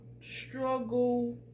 struggle